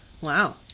Wow